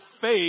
faith